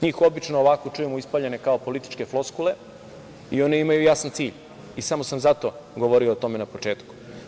Njih obično ovako čujemo ispaljene kao političke floskule i one imaju jasan cilj, i samo sam zato govorio o tome na početku.